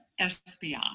SBI